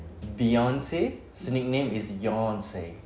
beyonce's nickname is yonce